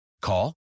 Call